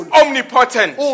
omnipotent